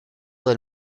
del